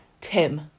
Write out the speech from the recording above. Tim